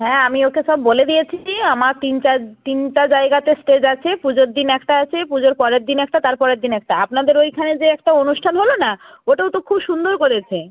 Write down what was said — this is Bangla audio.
হ্যাঁ আমি ওকে সব বলে দিয়েছি আমার তিন চার তিন চার জায়গাতে স্টেজ আছে পুজোর দিন একটা আছে পুজোর পরেরদিন একটা তার পরেরদিন একটা আপনাদের ওইখানে যে একটা অনুষ্ঠান হল না ওটাও তো খুব সুন্দর করেছে